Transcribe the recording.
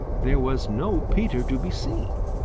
there was no peter to be seen.